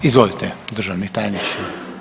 Izvolite državni tajniče.